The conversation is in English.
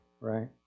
right